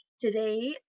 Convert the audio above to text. Today